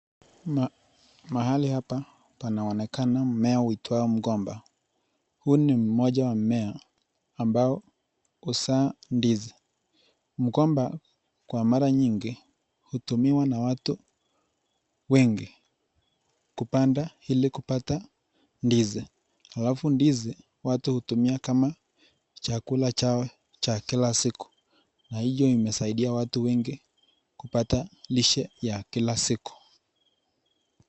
Mahali hapa panaonekana mmea unaoitwao mgomba, huu ni mmoja wa mmea ambao huzaa ndizi, mgomba kwa mara nyingi hutumiwa na watu wengi kupanda ili kupata ndizi, alafu ndizi hizi watu hutumia kama chakula chao cha kila siku, na hio inasaidia watu wengi kupata lishe ya kila siku.